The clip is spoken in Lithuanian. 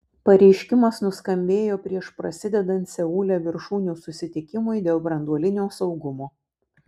pareiškimas nuskambėjo prieš prasidedant seule viršūnių susitikimui dėl branduolinio saugumo